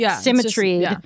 symmetry